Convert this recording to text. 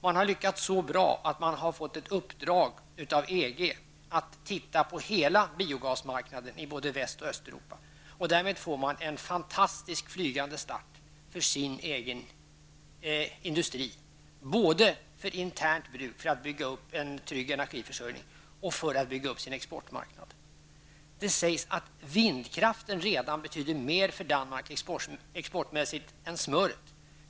Man har lyckats så bra att man har fått ett uppdrag av EG att titta på hela biogasmarknaden i både Väst och Därmed får Danmark en fantastisk flygande start för sin egen industri, både för internt bruk för att bygga upp energiförsörjning och för att bygga upp sin exportmarknad. Det sägs att vindkraften redan betyder mer för Danmarks export än smöret.